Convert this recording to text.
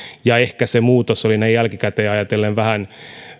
ja ehkä se muutos oli näin jälkikäteen ajatellen vähän